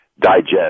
digest